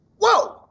Whoa